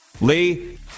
Lee